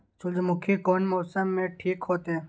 सूर्यमुखी कोन मौसम में ठीक होते?